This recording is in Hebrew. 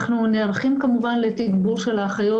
אנחנו נערכים כמובן לתגבור של האחיות